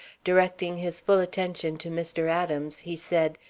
directing his full attention to mr. adams, he said,